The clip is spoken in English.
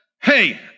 Hey